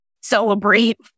celebrate